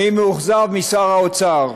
אני מאוכזב משר האוצר.